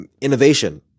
Innovation